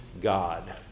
God